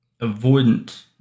avoidant